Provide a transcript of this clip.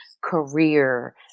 career